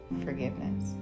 forgiveness